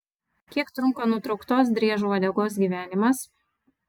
kiek trunka nutrauktos driežo uodegos gyvenimas